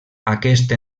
aquesta